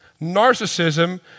Narcissism